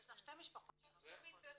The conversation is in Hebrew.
יש לך שתי משפחות של בנק טפחות.